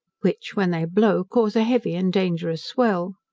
which, when they blow, cause a heavy and dangerous swell.